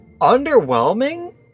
underwhelming